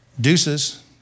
deuces